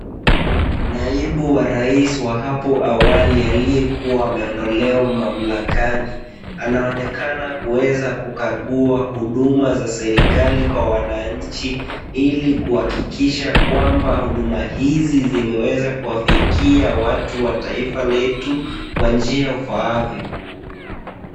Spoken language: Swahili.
Naibu wa rais wa hapo awali aliyekuwa ameondolewa mamlakani, anaonekana kuweza kukagua huduma za serikali kwa wananchi, ili kuhakikisha kwamba huduma hizi zimeweza kuwafikia watu wa taifa letu, kwa njia ifaavyo.